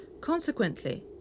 Consequently